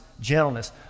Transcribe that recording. gentleness